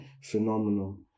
phenomenal